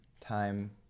time